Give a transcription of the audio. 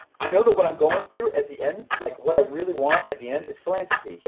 i know that what i'm going through, at the end, like what i really want at the end is philanthropy.